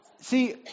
See